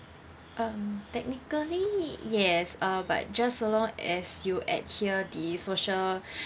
um technically yes uh but just so long as you adhere the social